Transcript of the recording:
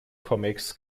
comics